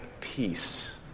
peace